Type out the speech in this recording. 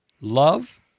Love